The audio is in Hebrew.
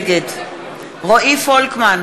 נגד רועי פולקמן,